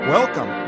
Welcome